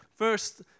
first